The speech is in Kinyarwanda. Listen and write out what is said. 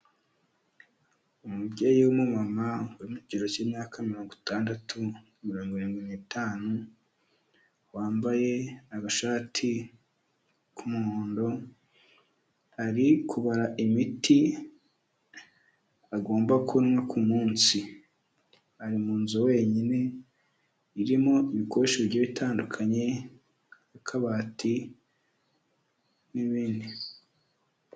Umubyeyi w'umumama uri mu kigero cy'imyaka mirongo itandatu, mirongo irindwi n'itanu, wambaye agashati k'umuhondo ari kubara imiti agomba kunywa ku munsi, ari mu nzu wenyine irimo ibikoresho bigiye bitandukanye, akabati n'ibindi.